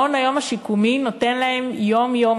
מעון-היום השיקומי נותן להם יום-יום,